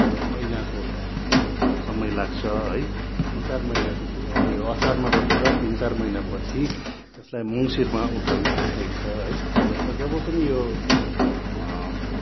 महिनाको समय लाग्छ है तिन चार महिना पछि यो असारमा रोपेर तिन चार महिना पछि यसलाई मङ्सिरमा उठाइन्छ है र जब पनि यो